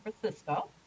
Francisco